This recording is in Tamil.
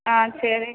ஆ சரி